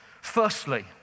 Firstly